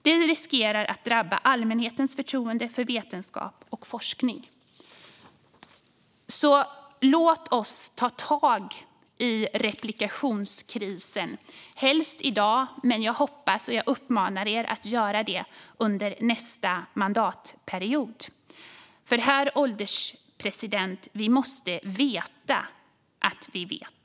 Det riskerar att drabba allmänhetens förtroende för vetenskap och forskning. Låt oss ta tag i replikationskrisen, helst i dag! Jag uppmanar er att göra det under nästa mandatperiod, för, herr ålderspresident, vi måste veta att vi vet.